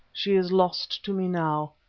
she is lost to me now,